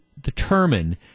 determine